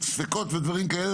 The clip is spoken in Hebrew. ואם יש ספקות ודברים כאלה,